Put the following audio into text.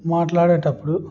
మాట్లాడేటప్పుడు